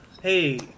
hey